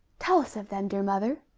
tell us of them, dear mother.